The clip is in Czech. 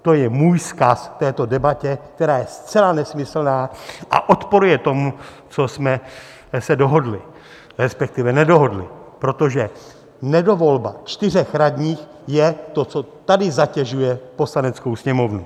To je můj vzkaz této debatě, která je zcela nesmyslná a odporuje tomu, co jsme se dohodli, respektive nedohodli, protože nedovolba čtyř radních je to, co tady zatěžuje Poslaneckou sněmovnu.